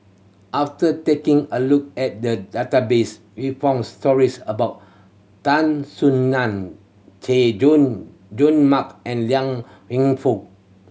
after taking a look at the that database we found stories about Tan Soo Nan Chay Jung Jun Mark and Liang Wenfu